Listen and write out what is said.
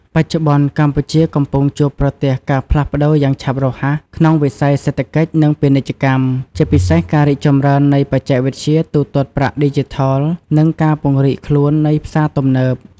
បច្ចុប្បន្ន កម្ពុជាកំពុងជួបប្រទះការផ្លាស់ប្តូរយ៉ាងឆាប់រហ័សក្នុងវិស័យសេដ្ឋកិច្ច និងពាណិជ្ជកម្ម ជាពិសេសការរីកចម្រើននៃ បច្ចេកវិទ្យាទូទាត់ប្រាក់ឌីជីថល និង ការពង្រីកខ្លួននៃផ្សារទំនើប។